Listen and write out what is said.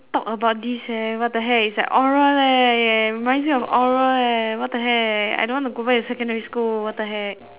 talk about this leh what the heck it is like oral leh it reminds me of oral leh what the heck I don't want to go back to secondary school what the heck